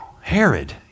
Herod